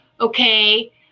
okay